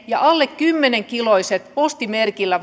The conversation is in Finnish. ja alle kymmenen kiloisista postimerkillä